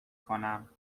کنم